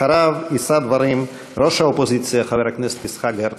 אחריו יישא דברים ראש האופוזיציה חבר הכנסת יצחק הרצוג.